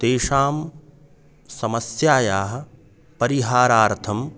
तेषां समस्यायाः परिहारार्थम्